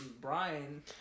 brian